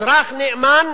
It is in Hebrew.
אזרח נאמן